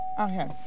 Okay